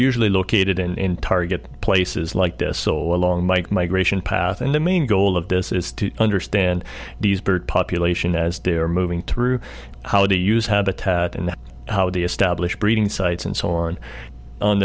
usually located in target places like this so along mike migration path and the main goal of this is to understand these bird population as they are moving through how to use habitat and how they establish breeding sites and so on